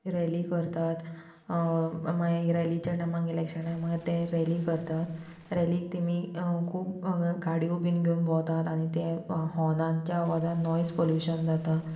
रेली करतात मागीर रेलीच्या टायमांक इलेक्शना टायमांक ते रेली करतात रेलीक तिमी खूब हांगा काडयो बीन घेवन भोवतात आनी तें हॉर्नानच्या आवाजान नॉयज पल्यूशन जाता